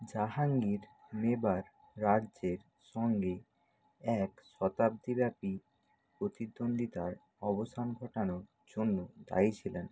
জাহাঙ্গীর মেবার রাজ্যের সঙ্গে এক শতাব্দীব্যাপী প্রতিদ্বন্দ্বিতার অবসান ঘটানোর জন্য দায়ী ছিলেন